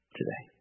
today